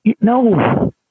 no